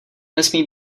nesmí